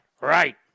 Right